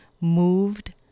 moved